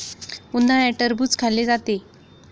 उन्हाळ्यात टरबूज खाल्ले जाते